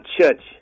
church